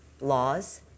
laws